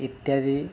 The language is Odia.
ଇତ୍ୟାଦି